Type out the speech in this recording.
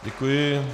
Děkuji.